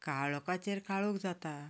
काळोखाचेर काळोख जाता